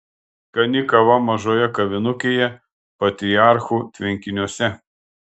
skani kava mažoje kavinukėje patriarchų tvenkiniuose